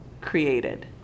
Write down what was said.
created